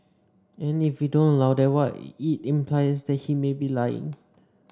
and if we don't allow that what it implies is that he may be lying